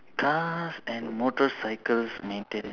cars and motorcycles maintenance